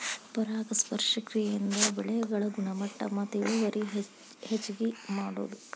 ಪರಾಗಸ್ಪರ್ಶ ಕ್ರಿಯೆಯಿಂದ ಬೆಳೆಗಳ ಗುಣಮಟ್ಟ ಮತ್ತ ಇಳುವರಿ ಹೆಚಗಿ ಮಾಡುದು